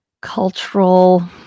cultural